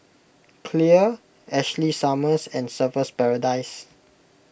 Clear Ashley Summers and Surfer's Paradise